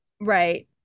Right